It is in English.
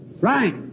Right